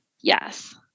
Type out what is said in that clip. Yes